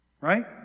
right